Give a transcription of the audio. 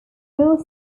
more